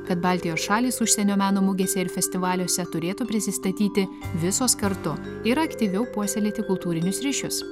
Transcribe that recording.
kad baltijos šalys užsienio meno mugėse ir festivaliuose turėtų prisistatyti visos kartu ir aktyviau puoselėti kultūrinius ryšius